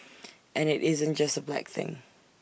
and IT isn't just A black thing